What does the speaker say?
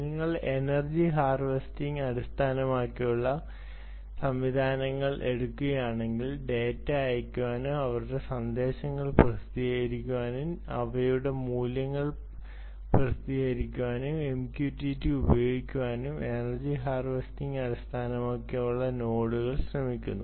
നിങ്ങൾ energy harvesting അടിസ്ഥാനമാക്കിയുള്ള സംവിധാനങ്ങൾ എടുക്കുകയാണെങ്കിൽ ഡാറ്റ അയയ്ക്കാനും അവരുടെ സന്ദേശങ്ങൾ പ്രസിദ്ധീകരിക്കുന്നതിനും അവയുടെ മൂല്യം പ്രസിദ്ധീകരിക്കുന്നതിനും MQTT ഉപയോഗിക്കാനും എനർജി ഹാർവെസ്റ്റിംഗ് അടിസ്ഥാനമാക്കിയുള്ള നോഡുകൾ ശ്രമിക്കുന്നു